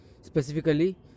Specifically